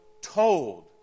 told